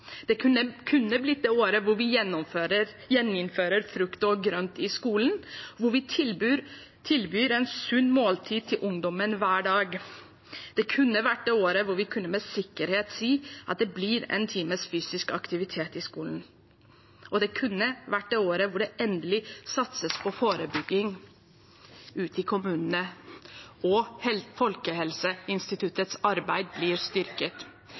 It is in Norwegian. Det kunne blitt det året da vi gjeninnførte frukt og grønt i skolen, da vi tilbød et sunt måltid til ungdommene hver dag. Det kunne blitt det året vi med sikkerhet kunne si at det blir en times fysisk aktivitet i skolen. Det kunne blitt det året da det endelig ble satset på forebygging ute i kommunene, og Folkehelseinstituttets arbeid ble styrket.